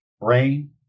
brain